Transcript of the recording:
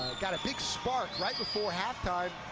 got a big spark right before halftime.